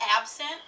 absent